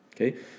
Okay